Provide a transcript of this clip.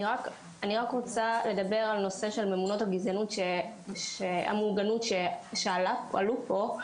אני רוצה לדבר על נושא של נושא המוגנות שעלה פה.